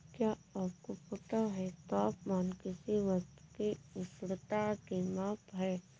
क्या आपको पता है तापमान किसी वस्तु की उष्णता की माप है?